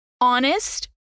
honest